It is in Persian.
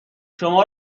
شما